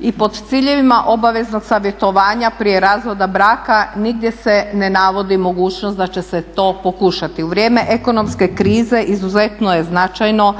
i pod ciljevima obaveznog savjetovanja prije razvoda braka nigdje se ne navodi mogućnost da će se to pokušati. U vrijeme ekonomske krize izuzetno je značajno